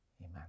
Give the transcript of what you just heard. Amen